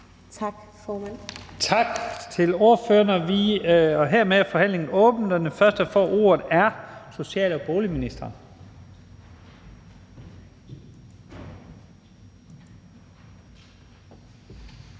Lahn Jensen): Tak til ordføreren, og hermed er forhandlingen åbnet, og den første, der får ordet, er social- og boligministeren.